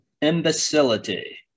imbecility